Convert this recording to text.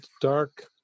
dark